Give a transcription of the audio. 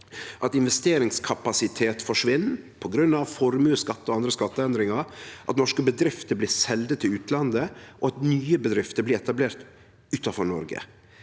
at investeringskapasitet forsvinn på grunn av formuesskatt og andre skatteendringar, at norske bedrifter blir selde til utlandet, og at nye bedrifter blir etablerte utanfor Noreg